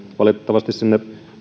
valitettavasti sinne